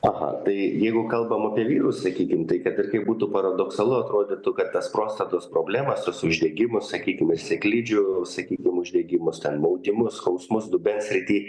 aha tai jeigu kalbam apie vyrus sakykim tai kad ir kaip būtų paradoksalu atrodytų kad tas prostatos problemas tuos uždegimus sakykim ir sėklidžių sakykim uždegimus ten maudimus skausmus dubens srity